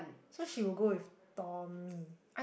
so she will go with Tommy